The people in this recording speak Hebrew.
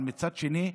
מצד שני,